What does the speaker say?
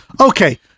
Okay